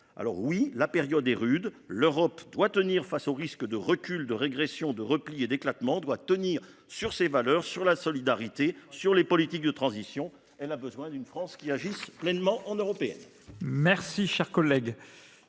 Oui, la période est rude : face au risque de recul, de régression, de repli et d’éclatement, l’Europe doit tenir sur ses valeurs, sur la solidarité, sur les politiques de transition. Pour cela, elle a besoin d’une France qui agisse pleinement en Européenne.